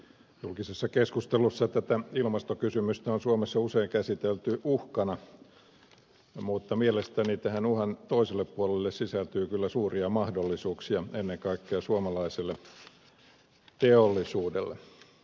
julkisessa keskustelussa tätä ilmastokysymystä on suomessa usein käsitelty uhkana mutta mielestäni tähän uhan toiselle puolelle sisältyy kyllä suuria mahdollisuuksia ennen kaikkea suomalaiselle teollisuudelle